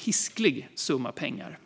hiskelig summa pengar.